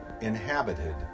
inhabited